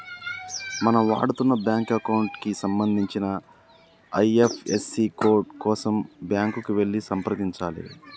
మనం వాడుతున్న bank account కి సంబంధించిన ఐ.ఎఫ్.ఎస్.సి కోడ్ కోసం బ్యాంకుకి వెళ్లి సంప్రదించాలే